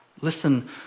listen